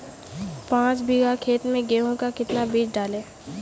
पाँच बीघा खेत में गेहूँ का कितना बीज डालें?